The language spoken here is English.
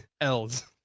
L's